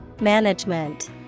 Management